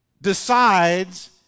decides